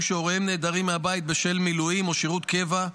שהוריהם נעדרים מהבית בשל מילואים או שירות קבע,